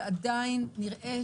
ועדיין נראה